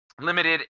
limited